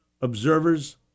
observers